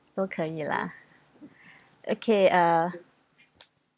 dou ke yi lah okay uh